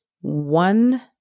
one